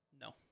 No